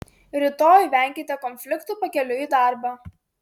rytoj venkite konfliktų pakeliui į darbą